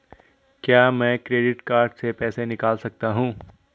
क्या मैं credit card से पैसे निकाल सकता हूँ?